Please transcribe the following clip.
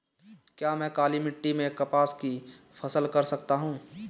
क्या मैं काली मिट्टी में कपास की फसल कर सकता हूँ?